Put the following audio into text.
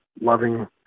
loving